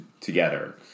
together